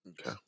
Okay